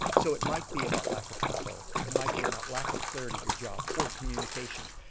so it might be about lack of control, it might be about lack of clarity for your job, poor communications.